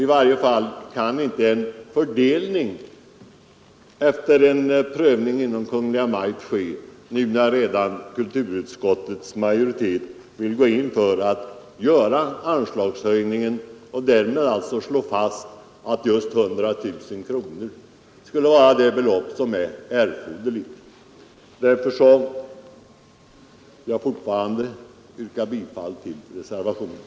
I varje fall kan inte fördelningen ske efter prövning av Kungl. Maj:t, om utskottsmajoritetens förslag att riksdagen skall fatta beslut om anslagshöjningen vinner bifall och därmed alltså slås fast att 100 000 kronor skulle vara det belopp som erfordras. Därför vill jag fortfarande yrka bifall till reservationen.